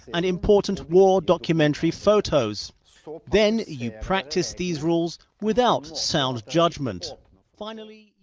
unimportant war documentary photos. so then you practice these rules without sound judgment finally,